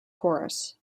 chorus